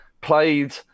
played